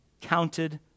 counted